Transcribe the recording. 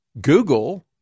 Google